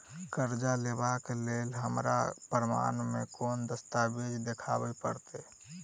करजा लेबाक लेल हमरा प्रमाण मेँ कोन दस्तावेज देखाबऽ पड़तै?